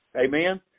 Amen